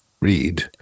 read